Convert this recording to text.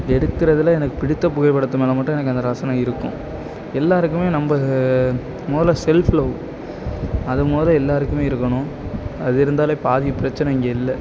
எடுக்கிறதுல எனக்கு பிடித்த புகைப்படத்தை மேலே மட்டும் எனக்கு அந்த ரசனை இருக்கும் எல்லாலோருக்குமே நம்ம முதல்ல செல்ஃப் லவ் அது முதல்ல எல்லோருக்குமே இருக்கணும் அது இருந்தாலே பாதி பிரச்சின இங்கே இல்லை